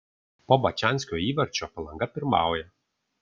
po bačanskio įvarčio palanga pirmauja